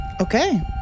Okay